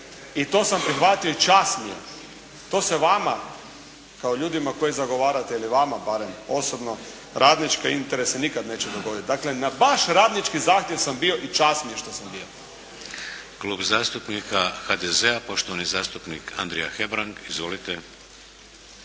I to sam prihvatio i čast mi je, to se vama kao ljudima koji zagovarate ili vama barem osobno radnički interesi nikad neće dogoditi. Dakle na baš radnički zahtjev sam bio i čast mi je što sam bio. **Šeks, Vladimir (HDZ)** Klub zastupnika HDZ-a, poštovani zastupnik Andrija Hebrang. Izvolite.